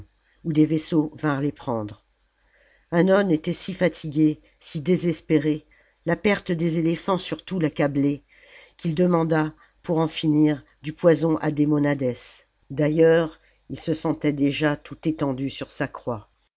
oij des vaisseaux vinrent les prendre hannon était si fatigué si désespéré la perte des éléphants surtout l'accablait qu'il demanda pour en finir du poison à demonades d'ailleurs il se sentait déjà tout étendu sur sa croix